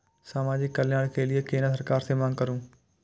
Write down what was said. समाजिक कल्याण के लीऐ केना सरकार से मांग करु?